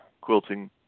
quilting